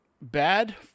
bad